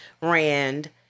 Rand